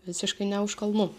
visiškai ne už kalnų